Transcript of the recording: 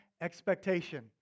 expectation